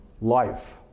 life